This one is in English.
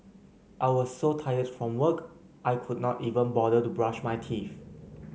I was so tired from work I could not even bother to brush my teeth